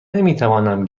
نمیتوانم